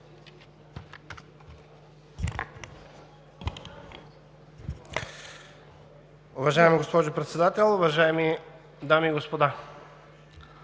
Уважаема госпожо Председател, уважаеми дами и господа!